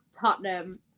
Tottenham